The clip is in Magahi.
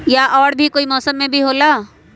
या और भी कोई मौसम मे भी होला?